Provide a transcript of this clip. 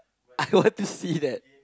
I want to see that